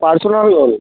personal loan